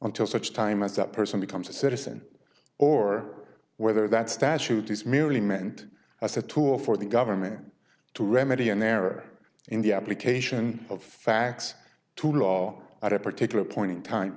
until such time as that person becomes a citizen or whether that statute is merely meant as a tool for the government to remedy an error in the application of facts to law at a particular point in time